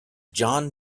jon